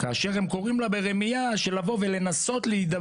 כאשר הם קוראים לה ברמייה לבוא ולנסות להידבר ולהסתדר.